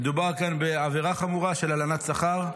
מדובר כאן בעבירה חמורה של הלנת שכר,